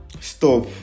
stop